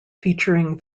featuring